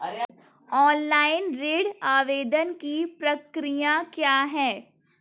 Online ऋण आवेदन की प्रक्रिया क्या है?